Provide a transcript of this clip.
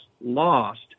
lost